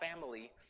family